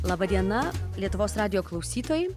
laba diena lietuvos radijo klausytojai